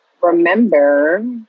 remember